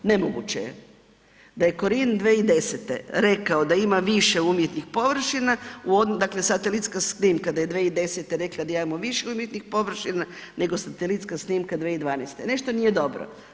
Nemoguće je da je korin 2010. rekao da ima više umjetnih površina, dakle satelitska snimka da je 2010. rekla da imamo više umjetnih površina nego satelitska snimka 2012., nešto nije dobro.